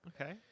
okay